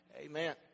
Amen